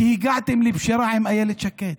כי הגעתם לפשרה עם אילת שקד